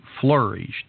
flourished